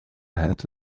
hat